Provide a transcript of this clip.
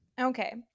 Okay